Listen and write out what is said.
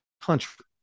country